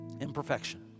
imperfection